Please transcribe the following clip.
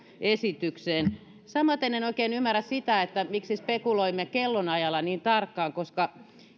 esitykseen samaten en oikein ymmärrä sitä miksi spekuloimme kellonajalla niin tarkkaan koska